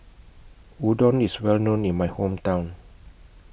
Udon IS Well known in My Hometown